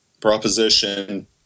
Proposition